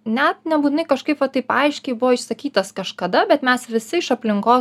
net nebūtinai kažkaip va taip aiškiai buvo išsakytas kažkada bet mes visi iš aplinkos